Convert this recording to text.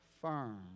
firm